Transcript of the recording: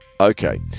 okay